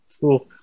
Cool